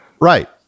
Right